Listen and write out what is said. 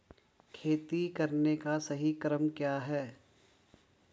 खेती करने का सही क्रम क्या है?